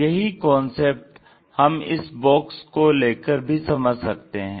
यही कॉन्सेप्ट हम इस बॉक्स को लेकर भी समझ सकते हैं